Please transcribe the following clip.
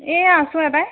এয়া আছোঁ ইয়াতে